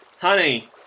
honey